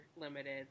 limited